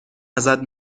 ازت